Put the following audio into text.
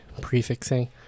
prefixing